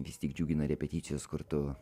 vis tik džiugina repeticijos kur tu